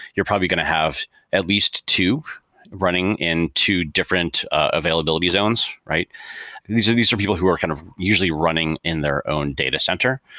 you're probably going to have at least two running in two different availability zones these are these are people who are kind of usually running in their own data center.